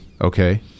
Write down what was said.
okay